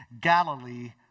Galilee